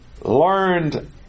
learned